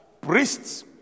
priests